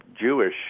Jewish